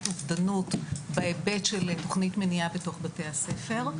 אובדות בהיבט של תוכנית מניעה בתוך בתי הספר,